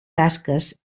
tasques